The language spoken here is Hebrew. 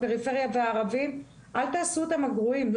הפריפריה והערבים, אל תעשו אותם הגרועים.